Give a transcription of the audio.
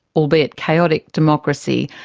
albeit chaotic democracy,